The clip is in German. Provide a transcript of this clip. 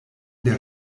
der